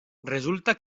resulta